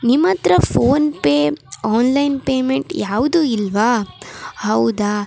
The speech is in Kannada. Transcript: ನಿಮ್ಮ ಹತ್ರ ಫೋನ್ಪೇ ಆನ್ಲೈನ್ ಪೇಮೆಂಟ್ ಯಾವುದೂ ಇಲ್ಲವಾ ಹೌದಾ